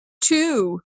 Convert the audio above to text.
two